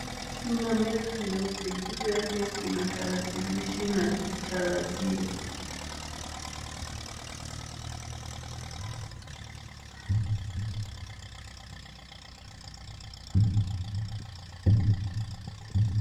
Kuna meza nyeupe juu yake kuna tarakilishi na kicharazio